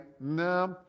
no